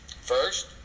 First